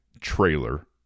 trailer